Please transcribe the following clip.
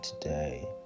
today